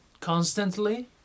Constantly